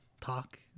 talk